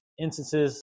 instances